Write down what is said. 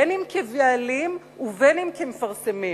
בין אם כבעלים ובין אם כמפרסמים.